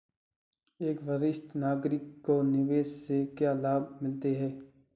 एक वरिष्ठ नागरिक को निवेश से क्या लाभ मिलते हैं?